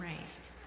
raised